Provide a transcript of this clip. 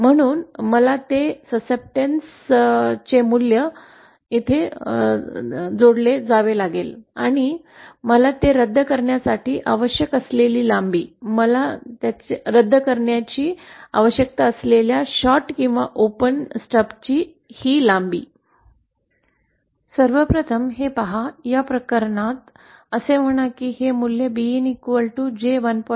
म्हणून मला ते स्वीकृत करण्याचे मूल्य येथे जोडले जावे लागेल आणि मला ते रद्द करण्यासाठी आवश्यक असलेली लांबी मला रद्द करण्याची आवश्यकता असलेल्या शॉर्ट किंवा ओपन स्टबची ही लांबी सर्व प्रथम हे पहा या प्रकरणात असे म्हणा की हे मूल्य binJ 1